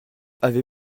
avez